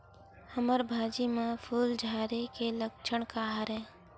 हमर भाजी म फूल झारे के लक्षण का हरय?